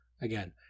again